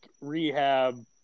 rehab